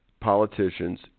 politicians